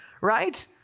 Right